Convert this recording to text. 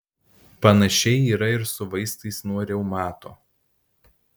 panašiai yra ir su vaistais nuo reumato